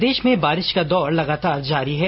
प्रदेश में बारिश का दौर लगातार जारी है